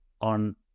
on